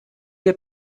your